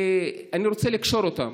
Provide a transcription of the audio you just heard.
אני רוצה לקשור אותם.